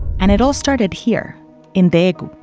and it all started here in daegu,